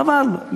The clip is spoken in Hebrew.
חבל,